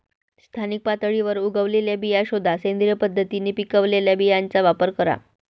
स्थानिक पातळीवर उगवलेल्या बिया शोधा, सेंद्रिय पद्धतीने पिकवलेल्या बियांचा वापर करा